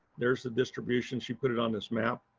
there's the distribution, she put it on this map.